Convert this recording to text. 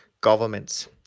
governments